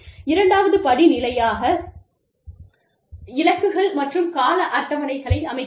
இரண்டாவது படி நிலையாக இலக்குகள் மற்றும் கால அட்டவணைகளை அமைக்கிறது